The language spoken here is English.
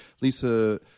Lisa